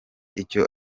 icyo